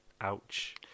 Ouch